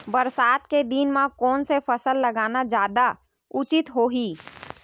बरसात के दिन म कोन से फसल लगाना जादा उचित होही?